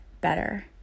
better